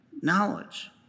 knowledge